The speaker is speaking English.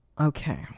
okay